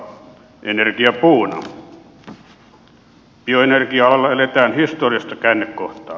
bioenergia alalla eletään historiallista käännekohtaa